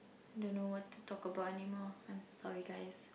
don't know what to talk about anymore I'm sorry guys